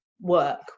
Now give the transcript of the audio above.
work